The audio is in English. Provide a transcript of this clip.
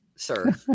sir